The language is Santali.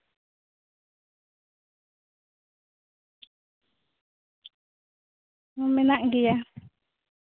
ᱢᱮᱱᱟᱜ ᱜᱮᱭᱟ